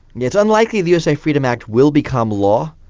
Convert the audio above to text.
it's unlikely the usa freedom act will become law.